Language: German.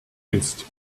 ist